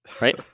right